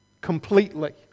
completely